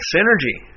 Synergy